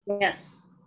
Yes